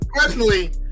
personally